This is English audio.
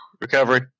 Recovery